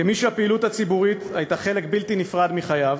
כמי שהפעילות הציבורית הייתה חלק בלתי נפרד מחייו,